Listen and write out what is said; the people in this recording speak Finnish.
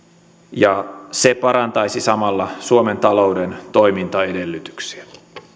ja se parantaisi samalla suomen talouden toimintaedellytyksiä